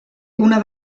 una